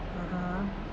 (uh huh)